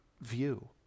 view